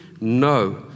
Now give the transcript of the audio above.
No